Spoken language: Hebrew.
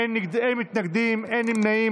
אין מתנגדים, אין נמנעים.